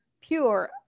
pure